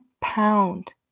pound